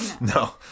no